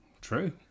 True